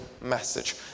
message